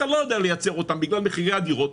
אתה לא יודע לייצר אותם בגלל מחירי הדירות,